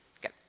Good